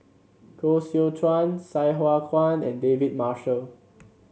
Koh Seow Chuan Sai Hua Kuan and David Marshall